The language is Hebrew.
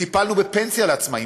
וטיפלנו בפנסיה לעצמאים,